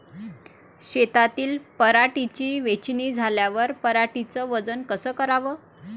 शेतातील पराटीची वेचनी झाल्यावर पराटीचं वजन कस कराव?